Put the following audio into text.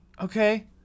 Okay